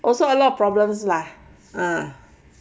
also a lot of problems lah